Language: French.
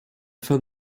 fin